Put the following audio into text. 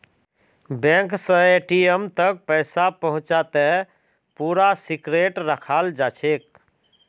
bank स ATM तक पैसा पहुंचाते पूरा सिक्रेट रखाल जाछेक